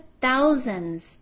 thousands